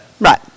Right